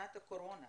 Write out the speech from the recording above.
שנת הקורונה,